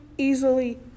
easily